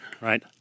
Right